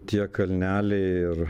tie kalneliai ir